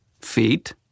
Feet